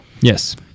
Yes